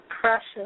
precious